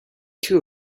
too